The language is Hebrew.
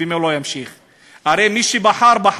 ואני רואה את ההתלהמות לאורך כל הדרך